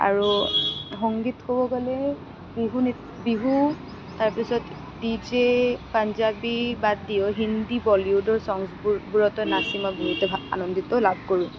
আৰু সংগীত ক'ব গ'লে বিহু নৃত্য বিহু তাৰপিছত ডি জে পঞ্জাৱী বাদ দিও হিন্দী বলিউডৰ ছঙবোৰ বোৰতো নাচি মই বহুত আনন্দিত লাভ কৰোঁ